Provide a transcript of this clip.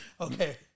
okay